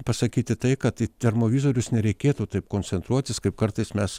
pasakyti tai kad į termovizorius nereikėtų taip koncentruotis kaip kartais mes